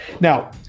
Now